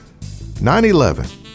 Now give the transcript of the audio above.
9/11